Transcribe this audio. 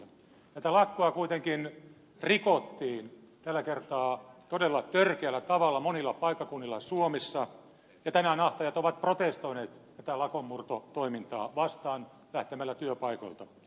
tätä lakkoa kuitenkin rikottiin tällä kertaa todella törkeällä tavalla monilla paikkakunnilla suomessa ja tänään ahtaajat ovat protestoineet tätä lakonmurtotoimintaa vastaan lähtemällä työpaikoilta